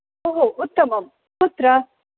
ओहो उत्तमं कुत्र